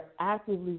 actively